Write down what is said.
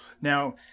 Now